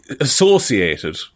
associated